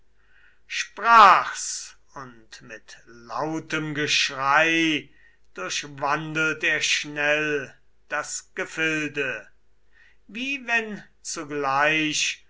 sprach's und mit lautem geschrei durchwandelt er schnell das gefilde wie wenn zugleich